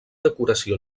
decoració